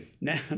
Now